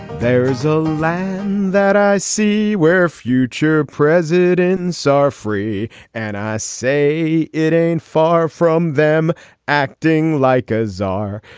there is a land that i see where future presidents are free and i say it ain't far from them acting like a czar.